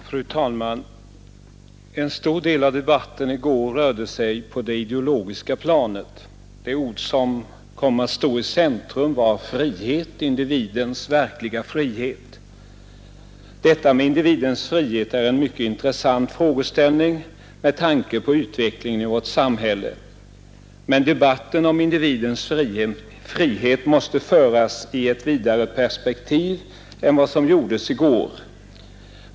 Fru talman! En stor del av debatten i går rörde sig på det ideologiska planet. Det ord som kom att stå i centrum var frihet — individens verkliga frihet. Detta med individens frihet är en mycket intressant frågeställning med tanke på utvecklingen i vårt samhälle. Men debatten om individens frihet måste föras i ett vidare perspektiv än vad som skedde i går.